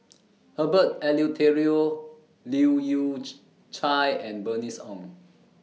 Herbert Eleuterio Leu Yew Chye and Bernice Ong